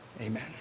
Amen